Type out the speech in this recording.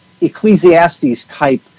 Ecclesiastes-type